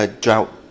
drought